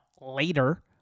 later